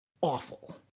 awful